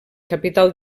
capital